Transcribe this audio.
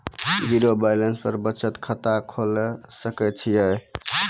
Zero balance पर बचत खाता खोले सकय छियै?